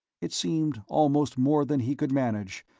it seemed almost more than he could manage,